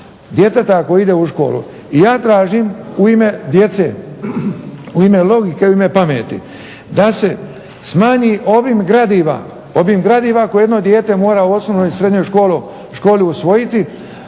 djeteta koje ide u školu. I ja tražim u ime djece u ime logike i u ime pameti da se smanji obim gradiva, obim gradiva koje jedno dijete mora u osnovnoj i srednjoj usvojiti